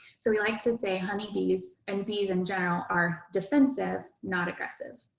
so we like to say, honey bees and bees in general, are defensive not aggressive.